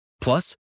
Plus